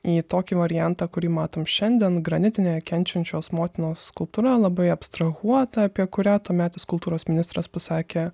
į tokį variantą kurį matom šiandien granitinė kenčiančios motinos skulptūra labai abstrahuota apie kurią tuometis kultūros ministras pasakė